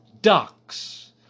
ducks